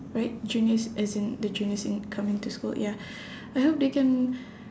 right juniors as in the juniors in coming to school ya I hope they can